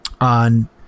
on